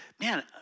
man